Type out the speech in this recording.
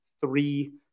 three